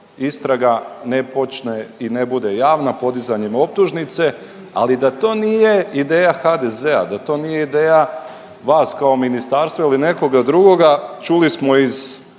istraga ne počne i ne bude javna podizanjem optužnice, ali da to nije ideja HDZ-a, da to nije ideja vas kao ministarstva ili nekoga drugoga čuli smo iz